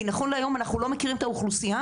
כי נכון להיום אנחנו לא מכירים את האוכלוסייה